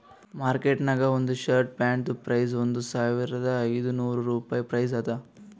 market ನಾಗ್ ಒಂದ್ shirt ಪ್ಯಾಂಟ್ದು ಪ್ರೈಸ್ ಒಂದ್ ಸಾವಿರದ ಐದ ನೋರ್ ರುಪಾಯಿ ಪ್ರೈಸ್ ಅದಾ